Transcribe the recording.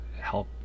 help